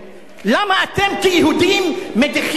למה אתם כיהודים מדיחים נשיא?